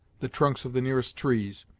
the trunks of the nearest trees,